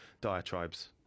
diatribes